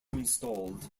installed